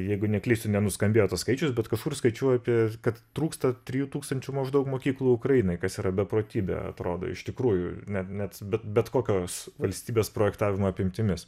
jeigu neklystu nenuskambėjo tas skaičius bet kažkur skaičiau apie kad trūksta trijų tūkstančių maždaug mokyklų ukrainai kas yra beprotybė atrodo iš tikrųjų net net bet bet kokios valstybės projektavimo apimtimis